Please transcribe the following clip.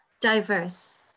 diverse